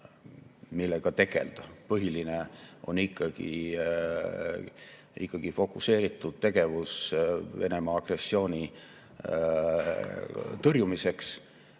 millega tegelda. Põhiline on ikkagi fokuseeritud tegevus Venemaa agressiooni tõrjumiseks,